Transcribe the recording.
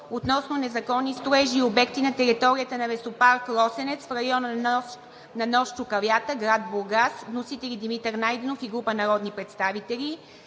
относно незаконни строежи и обекти на територията на Лесопарк „Росенец“, в района на нос Чукалята, град Бургас. Вносители – Димитър Найденов и група народни представители.